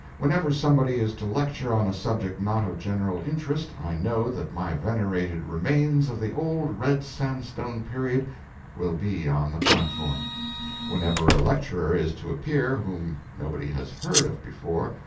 whenever somebody is to lecture on a subject not of general interest, i know that my venerated remains of the old red sandstone period will be on the platform whenever a lecturer is to appear whom nobody has heard of before,